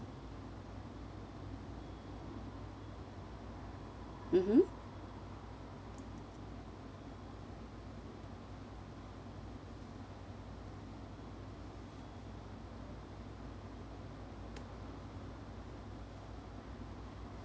mmhmm